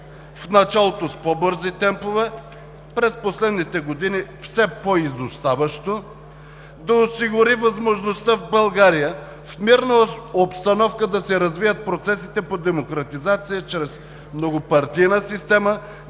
в началото с по-бързи темпове, през последните години все по-изоставащо, да осигури възможността в България, в мирна обстановка да се развият процесите по демократизация чрез многопартийна система,